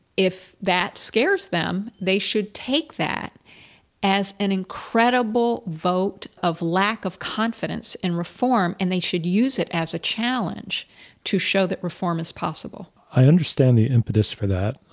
if that scares them, they should take that as an incredible vote of lack of confidence in reform, and they should use it as a challenge to show that reform is possible. i understand the impetus for that.